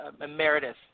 emeritus